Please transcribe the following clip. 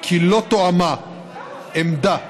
כי לא תואמה עמדה